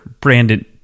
brandon